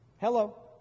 Hello